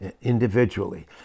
individually